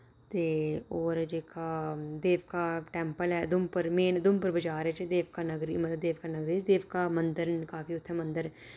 ते और जेह्का देवका टैम्पल ऐ उधमपुर मेन उधमपुर बजार च देवका नगरी मतलब देवका नगरी निं देवका मंदर न काफी उत्थै मंदर